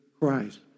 Christ